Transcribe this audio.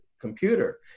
computer